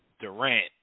Durant